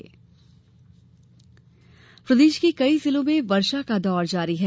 मौसम प्रदेश के कई जिलों में वर्षा का दौर जारी है